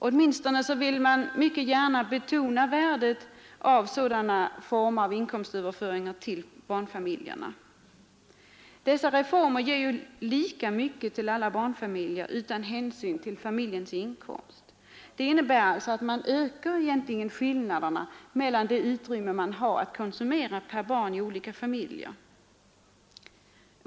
Åtminstone vill man gärna betona värdet av sådana former av inkomstöverföring till barnfamiljerna. Dessa reformer ger lika mycket till alla barnfamiljer utan hänsyn till familjens inkomst. Det innebär att man ökar skillnaderna i de belopp som man har att konsumera per barn i olika familjer.